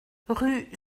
rue